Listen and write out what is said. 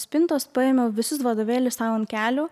spintos paėmiau visus vadovėlius sau ant kelių